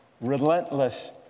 relentless